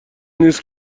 نیست